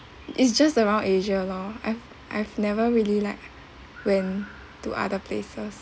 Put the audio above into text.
it's just around asia loh I've I've never really like went to other places